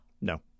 No